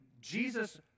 Jesus